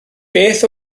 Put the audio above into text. beth